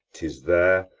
tis there,